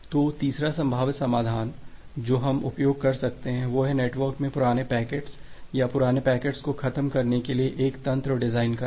तो तीसरा संभावित समाधान जो हम उपयोग कर सकते हैं वह है नेटवर्क में पुराने पैकेट्स या पुराने पैकेट्स को ख़त्म करने के लिए एक तंत्र डिजाइन करना